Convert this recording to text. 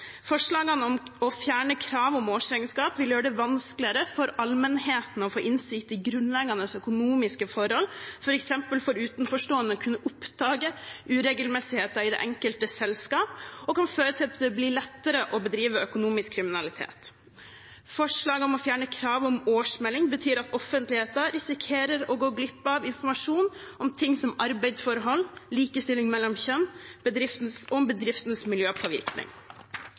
om å fjerne kravet om årsregnskap vil gjøre det vanskeligere for allmenheten å få innsikt i grunnleggende økonomiske forhold, f.eks. for utenforstående å kunne oppdage uregelmessigheter i det enkelte selskap, og kan føre til at det blir lettere å bedrive økonomisk kriminalitet. Forslaget om å fjerne kravet om årsmelding betyr at offentligheten risikerer å gå glipp av informasjon om ting som arbeidsforhold, likestilling mellom kjønn og bedriftenes miljøpåvirkning.